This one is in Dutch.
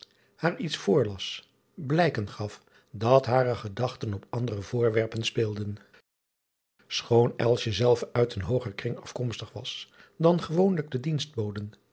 haar iets voorlas blijken gaf dat hare gedachten op andere voorwerpen speelden choon zelve uit een hooger kring afkomstig was dan gewoonlijk de